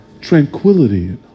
tranquility